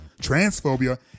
transphobia